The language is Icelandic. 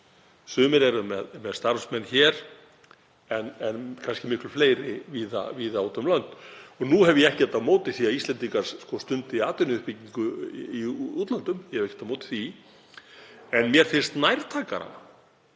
Sumir eru með starfsmenn hér en kannski miklu fleiri víða úti um lönd. Nú hef ég ekkert á móti því að Íslendingar stundi atvinnuuppbyggingu í útlöndum. Ég hef ekkert á móti því. En mér finnst nærtækara